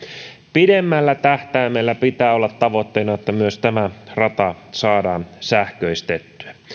pidemmällä tähtäimellä pitää olla tavoitteena että myös tämä rata saadaan sähköistettyä